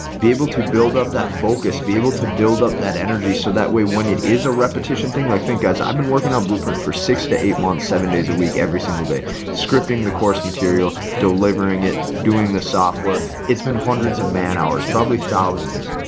be able to build up that focus be able to build up that energy so that way when it is a repetition thing like think guys, i've been working on blueprint for six to eight months, seven days a week, every single day scripting the course material delivering it doing the software, it's been hundreds of man hours, probably thousands.